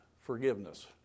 forgiveness